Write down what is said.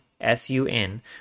S-U-N